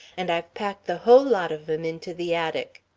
and i've packed the whole lot of em into the attic.